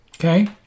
Okay